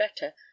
better